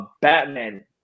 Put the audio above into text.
Batman